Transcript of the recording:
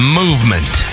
movement